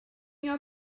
your